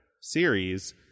series